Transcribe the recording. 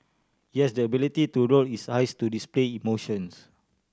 it has the ability to roll its eyes to display emotions